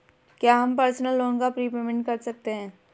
क्या हम personal loan का प्रीपेमेंट कर सकते हैं?